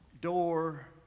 door